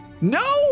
No